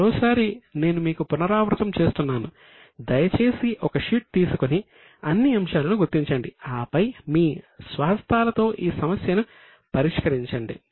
మరోసారి నేను మీకు పునరావృతం చేస్తున్నాను దయచేసి ఒక షీట్ తీసుకొని అన్ని అంశాలను గుర్తించండి ఆపై మీ స్వహస్తాలతో ఈ సమస్యను పరిష్కరించండి